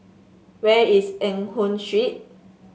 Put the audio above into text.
where is Eng Hoon Street